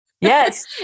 Yes